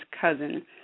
cousin